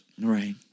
Right